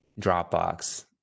Dropbox